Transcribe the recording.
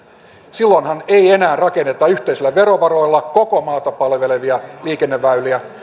silloinhan ei enää rakenneta yhteisillä verovaroilla koko maata palvelevia liikenneväyliä